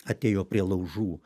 atėjo prie laužų